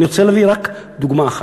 אני רוצה להביא רק דוגמה אחת,